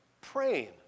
praying